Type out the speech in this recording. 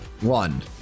One